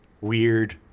weird